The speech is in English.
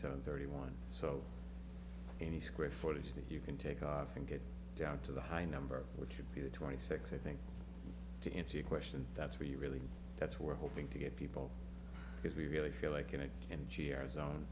seven thirty one so any square footage that you can take off and get down to the high number which would be a twenty six i think to answer your question that's where you really that's we're hoping to get people because we really feel like you know and share a zon